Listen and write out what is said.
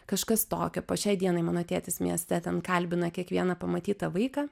kažkas tokio po šiai dienai mano tėtis mieste ten kalbina kiekvieną pamatytą vaiką